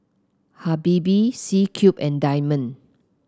Habibie C Cube and Diamond